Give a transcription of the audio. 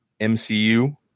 MCU